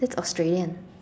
so it's Australian